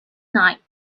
night